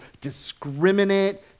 discriminate